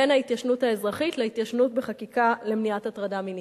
בין ההתיישנות האזרחית להתיישנות בחקיקה למניעת הטרדה מינית.